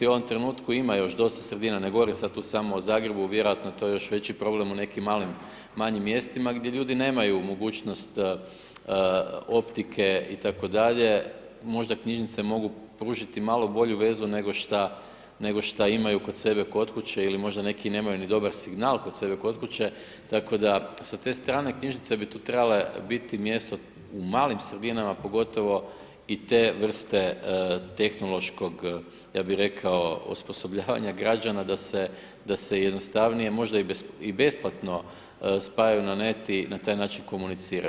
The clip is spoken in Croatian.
U ovom trenutku ima još dosta sredina, ne govorim sad tu samo o Zagrebu, vjerojatno je to još veći problem u nekim manjim mjestima, gdje ljudi nemaju mogućnost optike itd., možda knjižnice mogu pružiti malo bolju vezu nego što imaju kod sebe kod kuće ili možda neki nemaju ni dobar signal kod sebe kod kuće, tako da sa te strane, knjižnice bi tu trebale biti mjesto u malim sredinama pogotovo i te vrste tehnološkog, ja bih rekao osposobljavanja građana da se jednostavnije, možda i besplatno spajaju na net i na taj način komuniciraju.